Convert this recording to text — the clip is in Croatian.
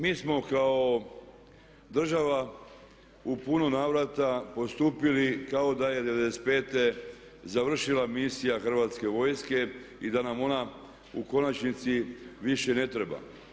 Mi smo kao država u puno navrata postupili kao da je '95. završila misija Hrvatske vojske i da nam ona u konačnici više ne treba.